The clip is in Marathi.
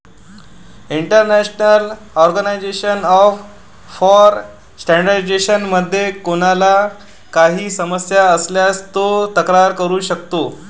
इंटरनॅशनल ऑर्गनायझेशन फॉर स्टँडर्डायझेशन मध्ये कोणाला काही समस्या असल्यास तो तक्रार करू शकतो